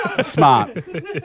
Smart